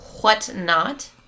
whatnot